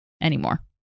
anymore